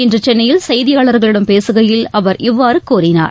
இன்று சென்னையில் செய்தியாளர்களிடம் பேசுகையில் அவர் இவ்வாறு கூறினார்